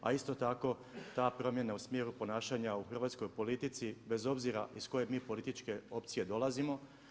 A isto tako ta promjena u smjeru ponašanja u hrvatskoj politici bez obzira iz koje mi političke opcije dolazimo.